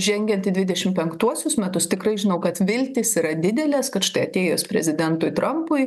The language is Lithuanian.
žengiant į dvidešim penktuosius metus tikrai žinau kad viltys yra didelės kad štai atėjus prezidentui trampui